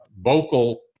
vocal